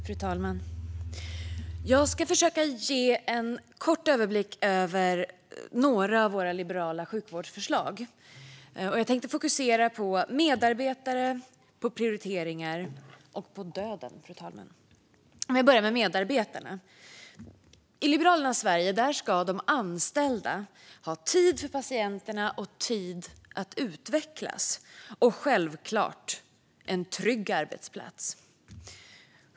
Fru talman! Jag ska försöka ge en kort överblick över några av Liberalernas sjukvårdsförslag och tänkte fokusera på medarbetare, prioriteringar och döden. Låt mig börja med medarbetarna. I Liberalernas Sverige ska de anställda ha tid för patienterna och tid att utvecklas. Självklart ska de ha en trygg arbetsplats.